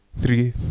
three